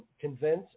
convince